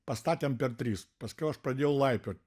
pastatėm per tris paskiau aš pradėjau laipiot